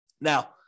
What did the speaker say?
Now